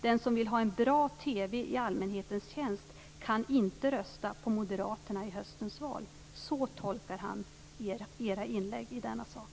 Den som vill ha en bra TV i allmänhetens tjänst kan inte rösta på moderaterna i höstens val. Så tolkar Sam Nilsson moderaternas inlägg i denna sak.